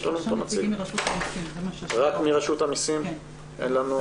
אנחנו ביקשנו מרשות המיסים גם את הנושא הזה